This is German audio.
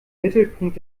mittelpunkt